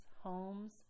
homes